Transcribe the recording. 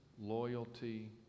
loyalty